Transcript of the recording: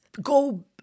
go